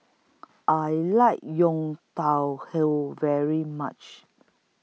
I like Yang Tao Hole very much